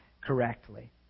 correctly